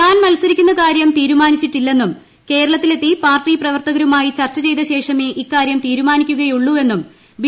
താൻ മത്സരിക്കുന്ന കാര്യം തീരുമാനിച്ചിട്ടില്ലെന്നും കേരളത്തിലെത്തി പാർട്ടി പ്രവർത്തകരുമായി ചർച്ച ചെയ്ത ശേഷമേ ഇക്കാര്യം തീരുമാനിക്കുകയുള്ളു എന്ന് ബി